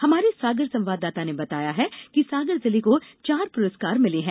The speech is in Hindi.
हमारे सागर संवाददाता ने बताया है कि सागर जिले को चार पुरस्कार मिले हैं